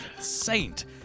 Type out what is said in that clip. Saint